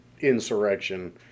insurrection